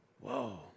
whoa